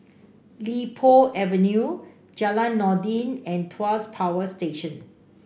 Li Po Avenue Jalan Noordin and Tuas Power Station